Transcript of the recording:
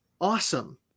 Awesome